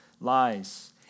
lies